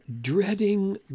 dreading